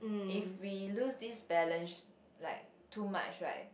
if we lose this balance like too much right